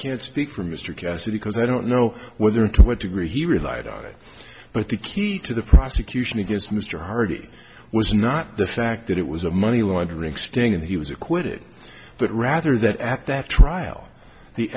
can't speak for mr cassidy because i don't know whether to what degree he relied on it but the key to the prosecution against mr harvey was not the fact that it was a money laundering sting and he was acquitted but rather that at that trial the